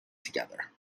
together